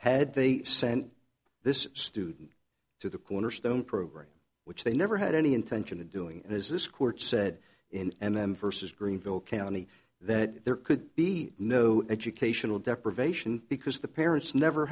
had they sent this student through the cornerstone program which they never had any intention of doing as this court said in and then vs greenville county that there could be no educational deprivation because the parents never